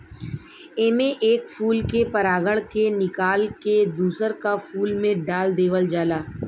एमे एक फूल के परागण के निकाल के दूसर का फूल में डाल देवल जाला